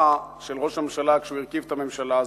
של ראש הממשלה כשהוא הרכיב את הממשלה הזאת,